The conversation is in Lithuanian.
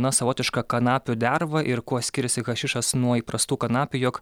na savotiška kanapių derva ir kuo skiriasi hašišas nuo įprastų kanapių jog